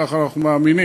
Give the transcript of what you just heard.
ככה אנחנו מאמינים.